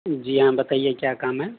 جی ہاں بتائیے کیا کام ہے